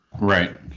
Right